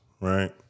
right